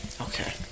Okay